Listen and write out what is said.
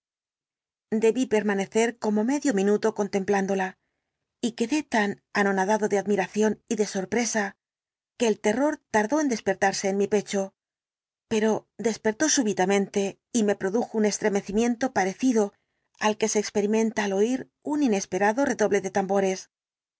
debí permanecer como medio minuto contemplándola y quedé tan anonadado de admiración y de sorpresa que el terror tardó en despertarse en mi pecho pero despertó súbitamente y me produjo un estremecimiento parecido al que se experimenta al oír un inesperado redoble de tambores